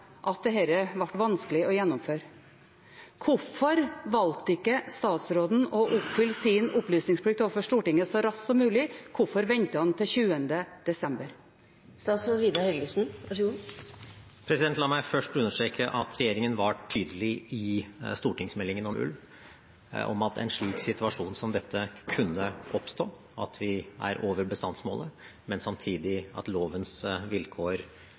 drøftet at dette ble vanskelig å gjennomføre. Hvorfor valgte ikke statsråden å oppfylle sin opplysningsplikt overfor Stortinget så raskt som mulig? Hvorfor ventet han til 20. desember? La meg først understreke at regjeringen var tydelig i stortingsmeldingen om ulv om at en slik situasjon som dette kunne oppstå – at vi er over bestandsmålet, men samtidig at lovens vilkår